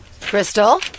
Crystal